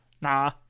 nah